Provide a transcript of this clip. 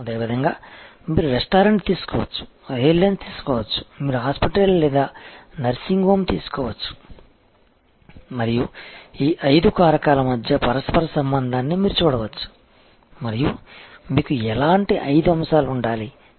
అదేవిధంగా మీరు రెస్టారెంట్ తీసుకోవచ్చు ఎయిర్లైన్స్ తీసుకోవచ్చు మీరు హాస్పిటల్ లేదా నర్సింగ్ హోమ్ తీసుకోవచ్చు మరియు ఈ ఐదు కారకాల మధ్య పరస్పర సంబంధాన్ని మీరు చూడవచ్చు మరియు మీకు ఎలాంటి ఐదు అంశాలు ఉండాలి